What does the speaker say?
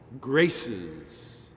graces